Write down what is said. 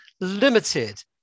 limited